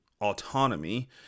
autonomy